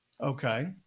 Okay